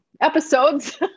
episodes